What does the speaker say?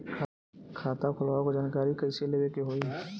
खाता खोलवावे के जानकारी कैसे लेवे के होई?